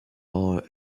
are